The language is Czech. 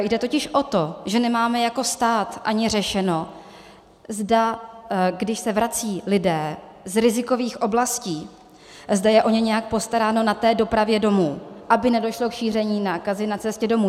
Jde totiž o to, že nemáme jako stát ani řešeno, zda když se vracejí lidé z rizikových oblastí, zda je o ně nějak postaráno na dopravě domů, aby nedošlo k šíření nákazy na cestě domů.